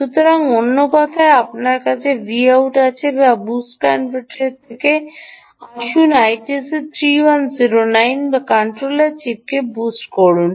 সুতরাং অন্য কথায় আপনার কাছে Vout আছে যা বুস্ট কনভার্টারের থেকে আসুন আসুন আইটিসি 3109 বা কন্ট্রোলার চিপকে বুস্ট করুন